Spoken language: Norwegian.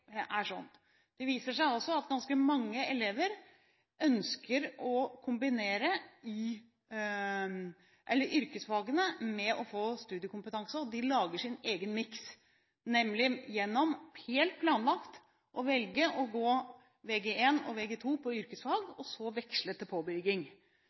Det viser seg at ganske mange elever ønsker å kombinere yrkesfagene med å få studiekompetanse, og de lager sin egen miks, nemlig – helt planlagt – ved å velge å gå Vg1 og Vg2 på